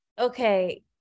okay